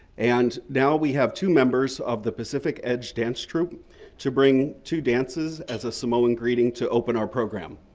and now we have two members of the pacific edge dance troop to bring two dances as a samoan greeting to open our program.